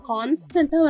Constant